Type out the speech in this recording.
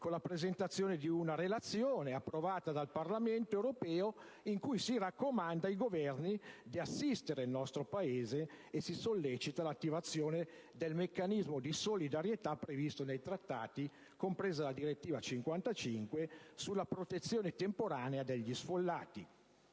con la presentazione di una relazione approvata dal Parlamento europeo in cui si raccomanda ai Governi di assistere il nostro Paese e si sollecita l'attivazione del meccanismo di solidarietà previsto dai trattati, compresa la direttiva 2001/55/CE sulla protezione temporanea degli sfollati.